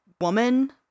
woman